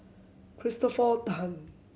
Christopher Tan